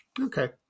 Okay